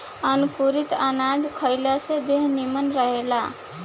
अंकुरित अनाज खइला से देह निमन रहेला